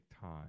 time